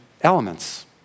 elements